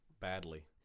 badly